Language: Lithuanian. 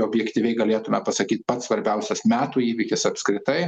objektyviai galėtume pasakyt pats svarbiausias metų įvykis apskritai